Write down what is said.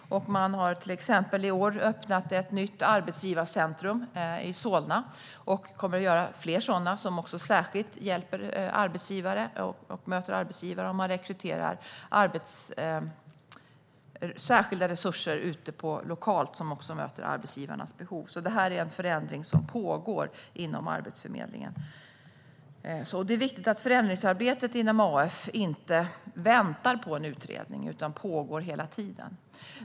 I år har man till exempel öppnat ett nytt arbetsgivarcentrum i Solna. Man kommer att skapa fler sådana, som särskilt möter och hjälper arbetsgivare. Man rekryterar särskilda resurser lokalt, som också möter arbetsgivarnas behov. Det här är alltså en förändring som pågår inom Arbetsförmedlingen. Det är viktigt att förändringsarbetet inom AF inte väntar på en utredning utan pågår hela tiden.